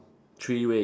three way